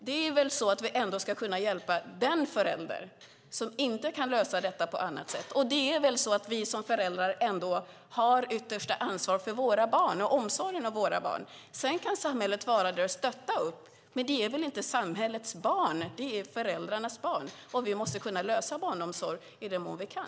Det är väl ändå så att vi ska kunna hjälpa den förälder som inte kan lösa detta på annat sätt? Det är väl så att vi som föräldrar har det yttersta ansvaret för våra barn och omsorgen om våra barn? Samhället kan vara där och stötta, men det är väl inte samhällets barn? Det är föräldrarnas barn. Vi måste kunna lösa problem med barnomsorg i den mån vi kan.